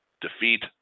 defeat